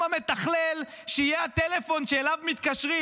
המתכלל שיהיה הטלפון שאליו מתקשרים?